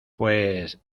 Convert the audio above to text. pues